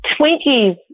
Twinkie's